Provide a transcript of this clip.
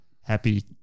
Happy